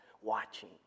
watching